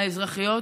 האזרחיות,